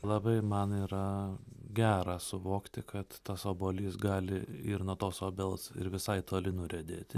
labai man yra gera suvokti kad tas obuolys gali ir nuo tos obels ir visai toli nuriedėti